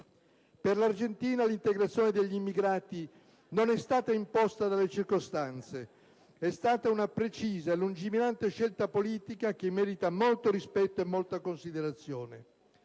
Per l'Argentina l'integrazione degli immigrati non è stata imposta dalle circostanze. È stata una precisa e lungimirante scelta politica che merita molto rispetto e molta considerazione.